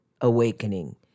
awakening